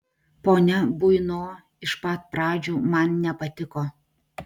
ponia buino iš pat pradžių man nepatiko